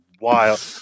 wild